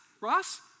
Ross